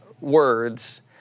words